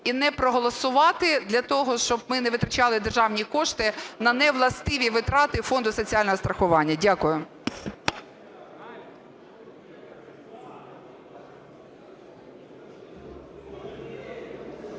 і не проголосувати для того, щоб ми не витрачали державні кошти на невластиві витрати Фонду соціального страхування. Дякую.